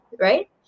right